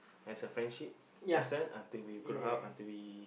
as a friendship person until we grow up until we